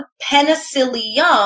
penicillium